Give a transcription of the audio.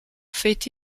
feit